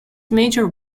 major